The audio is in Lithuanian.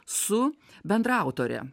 su bendraautore